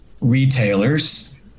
retailers